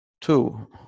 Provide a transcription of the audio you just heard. two